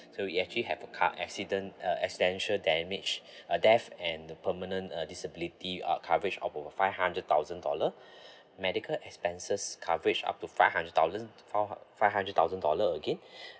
so it actually have a car accident uh extension damage uh death and the permanent uh disability uh coverage out of our five hundred thousand dollar medical expenses coverage up to five hundred thousand five hundred~ five hundred thousand dollar again